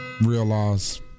realize